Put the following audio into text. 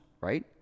right